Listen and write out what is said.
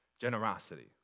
Generosity